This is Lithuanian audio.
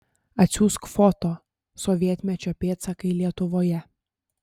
atsiųsk foto sovietmečio pėdsakai lietuvoje